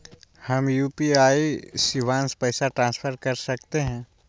हम यू.पी.आई शिवांश पैसा ट्रांसफर कर सकते हैं?